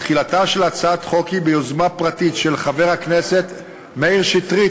תחילתה של הצעת החוק ביוזמה פרטית של חבר הכנסת מאיר שטרית.